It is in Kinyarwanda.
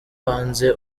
hanze